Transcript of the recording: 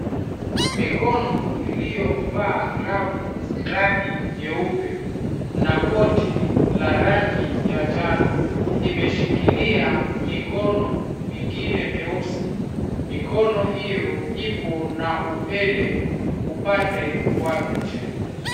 Mikono iliyovaa glavu za rangi nyeupe na koti la rangi ya njano imeshikilia mikono mingine meusi. Mikono hiyo ipo na upele upande wa nje.